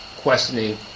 questioning